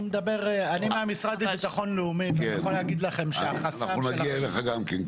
אני מהמשרד לביטחון לאומי -- אנחנו נגיע אליך גם כן.